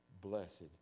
Blessed